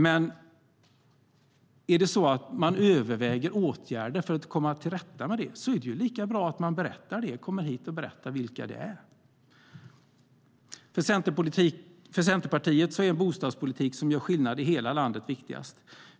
Men är det så att man överväger åtgärder för att komma till rätta med det är det lika bra att man kommer hit och berättar vilka åtgärder det är. För Centerpartiet är bostadspolitik som gör skillnad i hela landet viktigast.